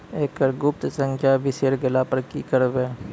एकरऽ गुप्त संख्या बिसैर गेला पर की करवै?